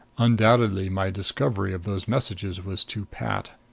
undoubtedly my discovery of those messages was too pat.